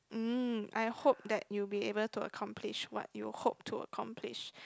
mm I hope that you'd be able to accomplish what you hope to accomplish